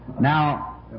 Now